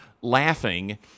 laughing